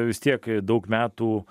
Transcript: vis tiek daug metų